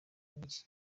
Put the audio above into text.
n’icyo